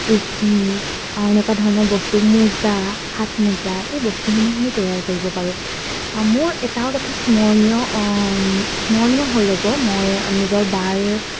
টুপি এনেকুৱা ধৰণৰ বস্তু মোজা হাত মোজা এই বস্তুসমূহ আমি তৈয়াৰ কৰিব পাৰোঁ মোৰ এটা কথা স্মৰণীয় স্মৰণীয় হৈ ৰ'ব মই নিজৰ বাৰ